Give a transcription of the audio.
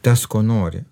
tas ko nori